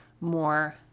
more